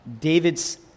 David's